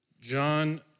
John